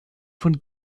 von